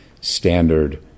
standard